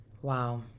Wow